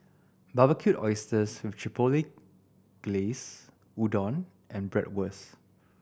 Barbecued Oysters with Chipotle Glaze Udon and Bratwurst